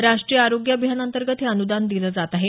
राष्ट्रीय आरोग्य अभियानाअंतर्गत हे अनुदान दिलं जात आहे